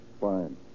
Fine